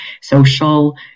social